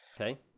okay